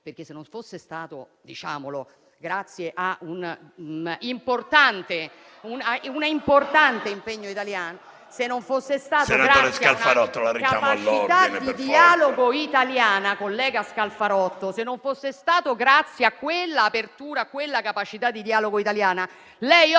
Se non fosse stato - diciamolo - per un importante impegno italiano; se non fosse stato grazie a una capacità di dialogo italiana, collega Scalfarotto; se non fosse stato grazie a quell'apertura e a quella capacità di dialogo italiana, lei oggi